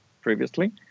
previously